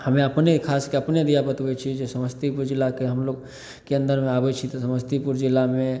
हम अपने खासकऽ अपने दिए बतबै छी जे समस्तीपुर जिलाके हमलोक केन्द्रमे आबै छी तऽ समस्तीपुर जिलामे